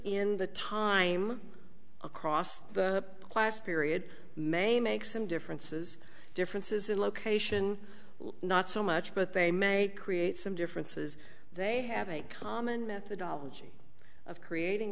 in the time across the class period may make some differences differences in location not so much but they may create some differences they have a common methodology of creating